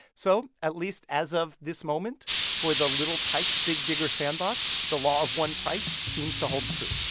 so at least as of this moment for the little tikes big digger sandbox, the law of one price seems to hold true